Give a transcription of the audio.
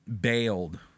bailed